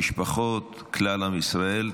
המשפחות, כלל עם ישראל.